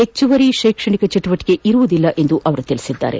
ಹೆಚ್ಚುವರಿ ಶೈಕ್ಷಣಿಕ ಚಟುವಟಿಕೆಗಳು ಇರುವುದಿಲ್ಲ ಎಂದು ಅವರು ಹೇಳಿದ್ದಾರೆ